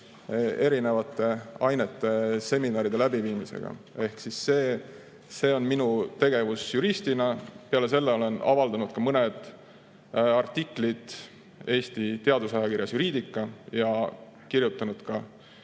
erinevate ainete seminaride läbiviimisega. See on minu tegevus juristina. Peale selle olen avaldanud ka mõned artiklid Eesti teadusajakirjas Juridica ja osalenud